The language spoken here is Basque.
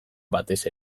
batez